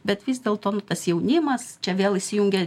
bet vis dėlto nu tas jaunimas čia vėl įsijungia